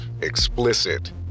explicit